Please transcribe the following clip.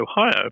Ohio